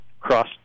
cross